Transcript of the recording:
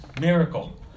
miracle